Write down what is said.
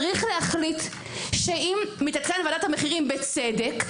צריך להחליט שאם מתעדכנת ועדת המחירים בצדק,